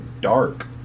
dark